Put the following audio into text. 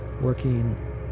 working